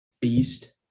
beast